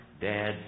Dad